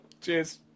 cheers